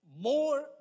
more